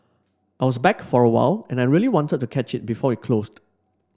I was back for a while and I really wanted to catch it before it closed